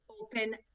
open